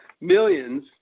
millions